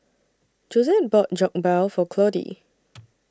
Josette bought Jokbal For Claudie